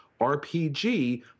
RPG